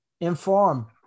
inform